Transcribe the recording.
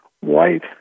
white